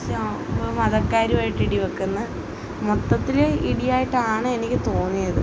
മതക്കാരുമായി ഇടിവയ്ക്കുന്നു മൊത്തത്തിൽ ഇടിയായിട്ട് ആണ് എനിക്ക് തോന്നിയത്